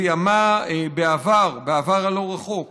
זיהמה בעבר הלא-רחוק